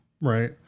Right